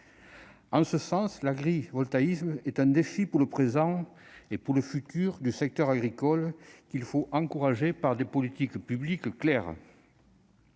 En ce sens, l'agrivoltaïsme est un défi pour le présent et l'avenir du secteur agricole. Il faut l'encourager par des politiques publiques claires.